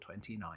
29